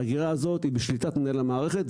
האגירה הזאת היא בשליטת מנהל המערכת,